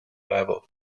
level